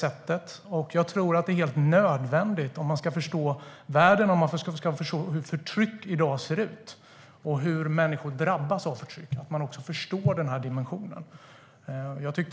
Men jag tror att det är nödvändigt om vi ska förstå världen, hur förtryck ser ut och hur människor drabbas av förtryck att vi också förstår denna dimension.